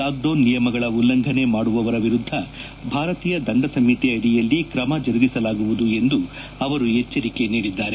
lockdown ನಿಯಮಗಳನ್ನು ಉಲ್ವಂಘನೆ ಮಾಡುವವರ ವಿರುದ್ದ ಭಾರತೀಯ ದಂಡಸಂಹಿತೆ ಅಡಿಯಲ್ಲಿ ಕ್ರಮ ಜರುಗಿಸಲಾಗುವುದು ಎಂದು ಅವರು ಎಚ್ಚರಿಕೆ ನೀಡಿದ್ದಾರೆ